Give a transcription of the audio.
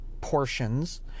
portions